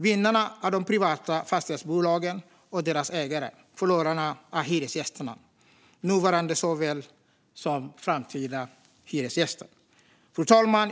Vinnarna är de privata fastighetsbolagen och deras ägare. Förlorarna är hyresgästerna - nuvarande såväl som framtida. Fru talman!